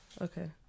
Okay